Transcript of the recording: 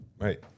Right